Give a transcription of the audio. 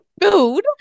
food